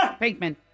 Pinkman